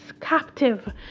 captive